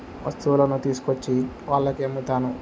వస్తువులను తీసుకొచ్చి వాళ్ళక అమ్ముతాను